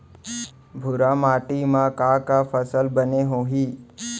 भूरा माटी मा का का फसल बने होही?